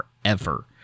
forever